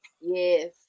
yes